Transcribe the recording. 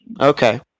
Okay